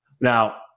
Now